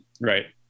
Right